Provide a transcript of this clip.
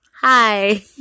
Hi